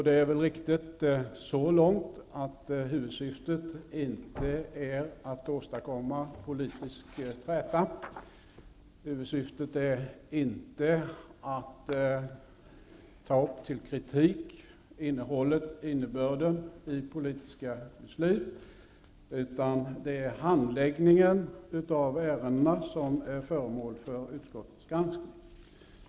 Det är väl riktigt så långt att huvudsyftet inte är att åstadkomma politisk träta. Huvudsyftet är inte att kritisera innehållet och innebörden i politiska beslut, utan det är handläggningen av ärendena som är föremål för utskottets granskning.